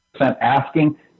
asking